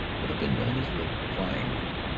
would have been known as the crying-room.